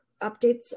updates